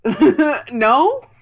No